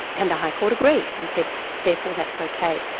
and the high court agreed, and said, therefore that's okay.